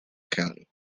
county